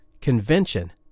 Convention